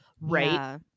Right